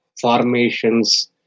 formations